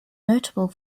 notable